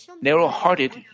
narrow-hearted